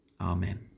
Amen